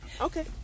Okay